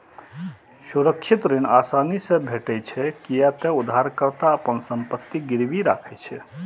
सुरक्षित ऋण आसानी से भेटै छै, कियै ते उधारकर्ता अपन संपत्ति गिरवी राखै छै